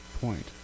point